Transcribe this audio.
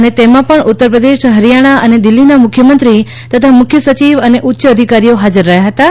અને તેમાં પણ ઉત્તરપ્રદેશ હરિયાણા અને દિલ્હીનાં મુખ્યમંત્રી તથા મુખ્યસચિવ અને ઉચ્ય અધિકારીઓ હાજર રહ્યા હતાં